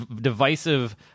divisive